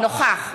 (קוראת בשמות חברי הכנסת) נוכח.